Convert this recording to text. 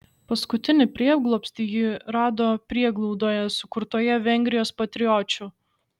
paskutinį prieglobstį ji rado prieglaudoje sukurtoje vengrijos patriočių